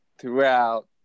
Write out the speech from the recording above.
throughout